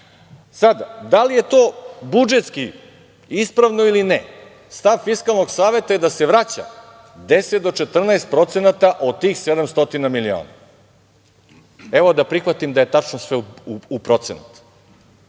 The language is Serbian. da li je to budžetski ispravno ili ne? Stav fiskalnog saveta je da se vraća 10 do 14% od tih 700 miliona. Evo, da prihvatim da je tačno sve u procenat.